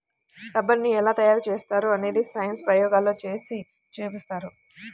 రబ్బరుని ఎలా తయారు చేస్తారో అనేది సైన్స్ ప్రయోగాల్లో చేసి చూపిస్తారు